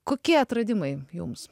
kokie atradimai jums